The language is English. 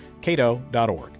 Cato.org